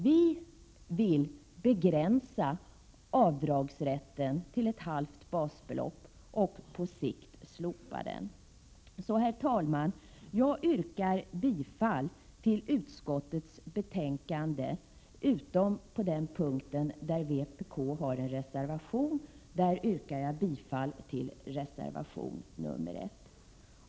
Vi vill begränsa avdragsrätten till ett halvt basbelopp och på sikt slopa avdragsrätten. Herr talman! Jag yrkar bifall till utskottets hemställan utom på den punkt som omfattas av vår reservation nr 1, som jag yrkar bifall till.